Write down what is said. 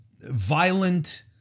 violent